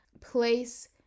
place